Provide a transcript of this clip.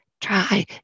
Try